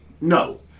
No